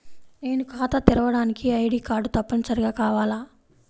నేను ఖాతా తెరవడానికి ఐ.డీ కార్డు తప్పనిసారిగా కావాలా?